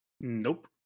Nope